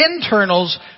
internals